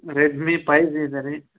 Redmi five G ಇದೆ ರೀ